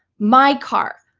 my car,